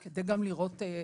על מנת גם לראות מגמה.